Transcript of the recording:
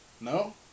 No